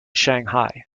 shanghai